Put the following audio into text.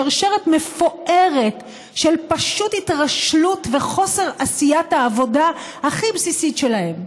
שרשרת מפוארת של פשוט התרשלות וחוסר עשיית העבודה הכי בסיסית שלהם.